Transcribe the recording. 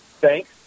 thanks